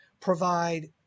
provide